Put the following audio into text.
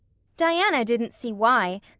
diana didn't see why,